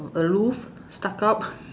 aloof stuck up